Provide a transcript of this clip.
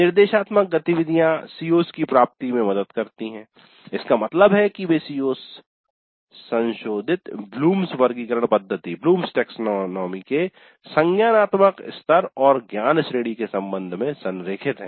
निर्देशात्मक गतिविधियों CO CO's की प्राप्ति में मदद करती है इसका मतलब है कि वे CO's संशोधित ब्लूम्स वर्गीकरण पद्धति के संज्ञानात्मक स्तर और ज्ञान श्रेणी के संबंध में संरेखित है